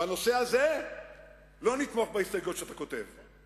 בנושא הזה לא נתמוך בהסתייגויות שאתה כותב.